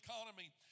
economy